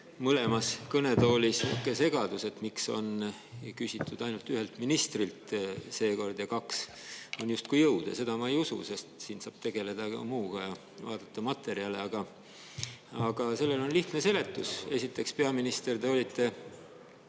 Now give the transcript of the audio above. mõlemas kõnetoolis segadus, et miks on küsitud ainult ühelt ministrilt seekord ja kaks on justkui jõud – ja seda ma ei usu, sest siin saab tegeleda ka muuga ja vaadata materjale –, aga sellele on lihtne seletus. Esiteks, peaminister, te olite